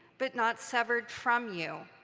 but not severed from you.